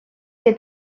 que